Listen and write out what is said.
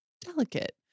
delicate